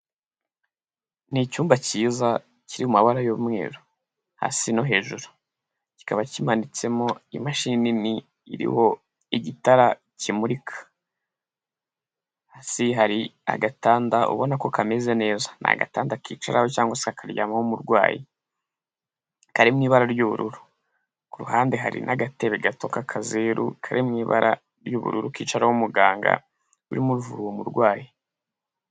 Ni icyumba cyiza kiri mu mabara y'umweru hasi no hejuru, kikaba kimanitsemo imashini nini iriho igitara kimurika. Hasi hari agatanda ubonako kameze neza, ni agatanda kicaraho cyangwa se karyamaho umurwayi kari mu ibara ry'ubururu. Ku ruhande hari n'agatebe gato k'akazeru kari mu ibara ry'ubururu kicaraho umuganga urimo uravura umurwayi.